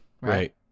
Right